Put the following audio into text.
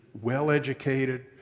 well-educated